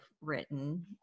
written